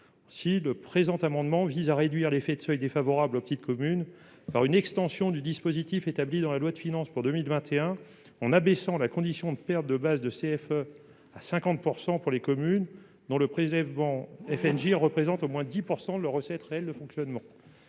Aussi, cet amendement vise à réduire l'effet de seuil défavorable aux petites communes par une extension du dispositif mis en place dans la loi de finances pour 2021, en abaissant la condition de perte de base de CFE à 50 % pour les communes dont le prélèvement FNGIR représente au moins 10 % des recettes réelles de fonctionnement.